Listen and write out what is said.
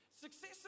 Success